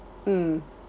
mm